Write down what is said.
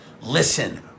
listen